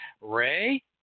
Ray